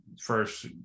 first